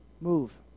Move